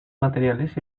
materiales